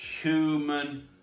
human